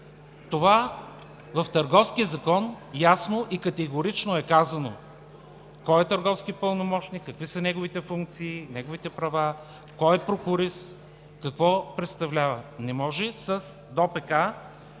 Това в Търговския закон ясно и категорично е казано – кой е търговски пълномощник, какви са неговите функции, неговите права, кой е прокурист, какво представлява. Не може с ДОПК